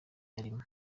yarimo